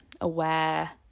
aware